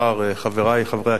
חברי חברי הכנסת,